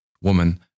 woman